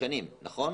נכון.